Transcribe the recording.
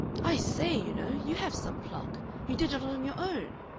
i say, you know, you have some pluck. you did it on your own?